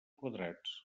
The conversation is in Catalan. quadrats